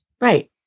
Right